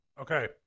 Okay